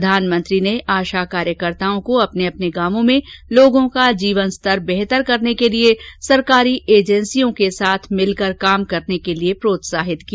प्रधानमंत्री ने आशा कार्यकर्ताओं को अपने अपने गांवों में लोगों का जीवन स्तर बेहतर करने के लिए सरकारी एजेंसियों के साथ मिलकर काम करने के लिए प्रोत्साहित किया